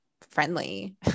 friendly